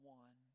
one